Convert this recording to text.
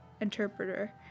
interpreter